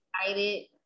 excited